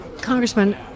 Congressman